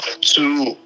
two